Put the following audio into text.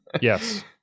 Yes